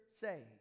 say